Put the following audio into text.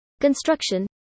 construction